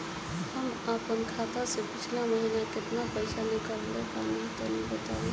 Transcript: हम आपन खाता से पिछला महीना केतना पईसा निकलने बानि तनि बताईं?